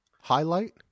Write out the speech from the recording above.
highlight